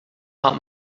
not